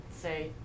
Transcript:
say